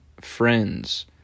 friends